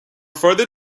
further